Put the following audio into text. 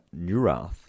Neurath